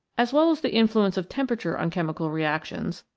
as well as the influence of temperature on chemical reactions,